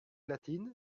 latine